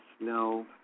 No